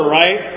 right